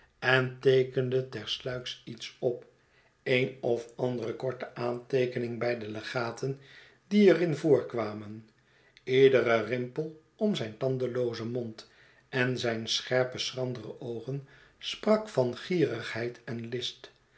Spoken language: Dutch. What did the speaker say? en teekende ter sluiks iets op een of andere korte aanteekening bij de legaten die er in voorkwamen iedere rimpel om zijn tandeloozen mond en zijn scherpe schrandere oogen sprak van gierigheid en list